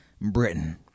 Britain